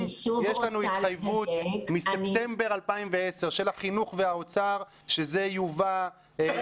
יש לנו התחייבות מספטמבר 2010 של משרד החינוך והאוצר שזה מודל